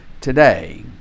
today